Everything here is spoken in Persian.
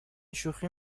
شوخی